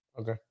Okay